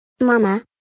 Mama